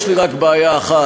יש לי רק בעיה אחת: